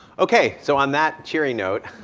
okay so on that cheery note